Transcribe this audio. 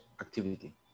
activity